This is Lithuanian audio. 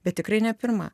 bet tikrai ne pirma